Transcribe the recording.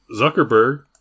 Zuckerberg